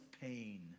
pain